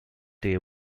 day